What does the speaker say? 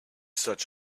such